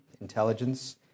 intelligence